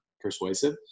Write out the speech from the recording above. persuasive